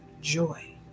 joy